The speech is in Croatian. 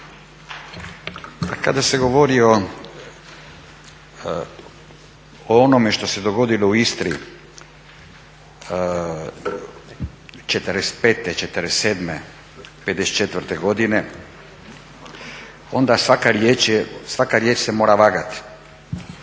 Kada ste govorili o onome što se dogodilo u Istri 45., 47., 54. godine onda svaka riječ se mora vagati